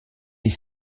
est